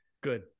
Good